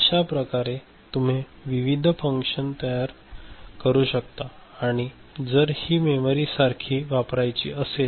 अश्याप्रकारे तुम्ही विविध फंक्शन्स तयार करू शकता आणि जर ही मेमरी सारखी वापरायची असेल